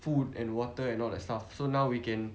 food and water and all that stuff so now we can